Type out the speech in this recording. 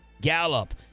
Gallup